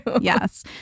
yes